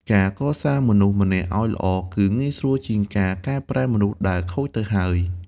ការកសាងមនុស្សម្នាក់ឱ្យល្អ គឺងាយស្រួលជាងការកែប្រែមនុស្សដែលខូចទៅហើយ។